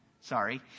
Sorry